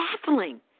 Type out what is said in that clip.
Baffling